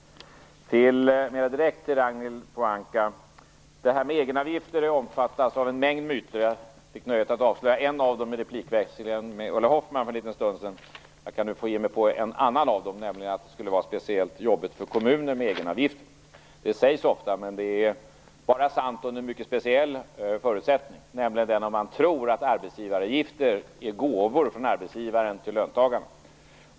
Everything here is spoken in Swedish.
Direkt till Ragnhild Pohanka. Detta med egenavgifter omfattas av en mängd myter. Jag fick nöjet att avslöja en av dem under replikväxlingen med Ulla Hoffmann för en stund sedan. Jag kan nu ge mig på en annan av dem, nämligen att egenavgifterna skulle vara speciellt jobbiga för kommunerna. Det sägs ofta, men det är bara sant under en mycket speciell förutsättning, nämligen om man tror att arbetsgivaravgifter är gåvor från arbetsgivaren till löntagarna.